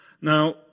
Now